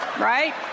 Right